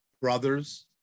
brothers